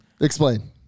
Explain